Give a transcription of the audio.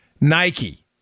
Nike